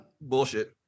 bullshit